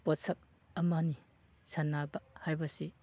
ꯄꯣꯠꯁꯛ ꯑꯃꯅꯤ ꯁꯥꯟꯅꯕ ꯍꯥꯏꯕꯁꯤ